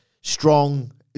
Strong